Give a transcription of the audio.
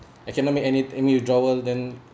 I cannot make any any withdrawal then